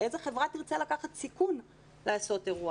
איזו חברה תרצה לקחת סיכון לעשות אירוע?